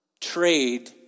trade